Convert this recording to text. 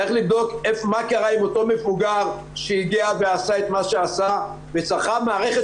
צריך לבדוק מה קרה עם אותו מבוגר שהגיע ועשה את מה שעשה וצריכה מערכת